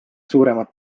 suuremat